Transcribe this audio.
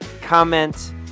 comment